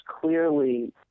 clearly